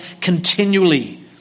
continually